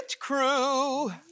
crew